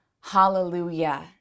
hallelujah